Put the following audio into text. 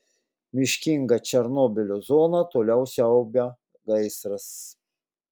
miškingą černobylio zoną toliau siaubia gaisras